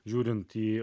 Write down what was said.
žiūrint į